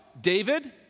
David